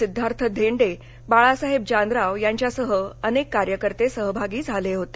सिद्धार्थ धेंडे बाळासाहेब जानराव यांच्यासह अनेक कार्यकर्ते सहभागी झाले होते